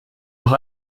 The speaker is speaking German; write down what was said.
doch